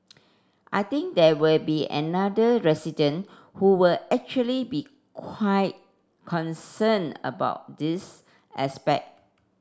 I think there will be another resident who will actually be quite concerned about this aspect